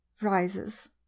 Rises